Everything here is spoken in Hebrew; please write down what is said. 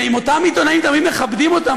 ואם אותם עיתונאים תמיד מכבדים אותם,